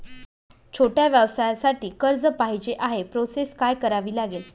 छोट्या व्यवसायासाठी कर्ज पाहिजे आहे प्रोसेस काय करावी लागेल?